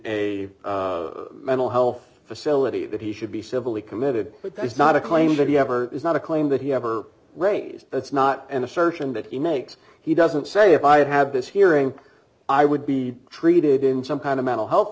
in a mental health facility that he should be civilly committed but that's not a claim that he ever is not a claim that he ever raised that's not an assertion that he makes he doesn't say if i have this hearing i would be treated in some kind of mental health